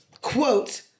quote